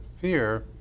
fear